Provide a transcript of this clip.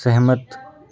सहमत